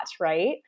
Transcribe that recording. right